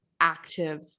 active